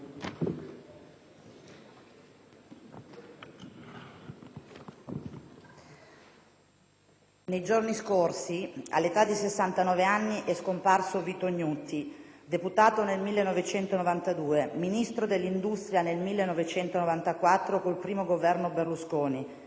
Nei giorni scorsi, all'età di 69 anni, è scomparso Vito Gnutti, deputato nel 1992, ministro dell'industria nel 1994 con il I Governo Berlusconi